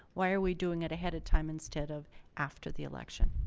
why are we doing it ahead of time instead of after the election?